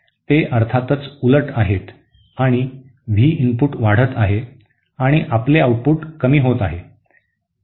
ते अर्थातच उलट आहेत आणि व्ही इनपुट वाढत आहे आणि आपले आउटपुट कमी होत आहे